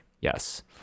Yes